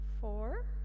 four